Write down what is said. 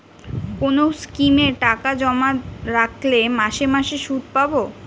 কোন স্কিমে টাকা জমা রাখলে মাসে মাসে সুদ পাব?